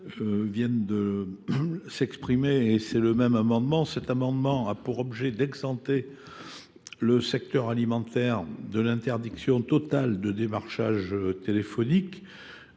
viennent de s'exprimer et c'est le même amendement. Cet amendement a pour objet d'exhanter le secteur alimentaire de l'interdiction totale de démarchage téléphonique.